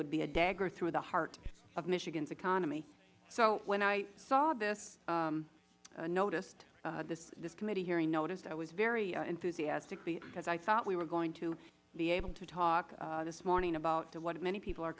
would be a dagger through the heart of michigan's economy so when i saw this notice this committee hearing notice i was very enthusiastic because i thought we were going to be able to talk this morning about what many people are